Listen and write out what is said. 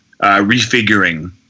refiguring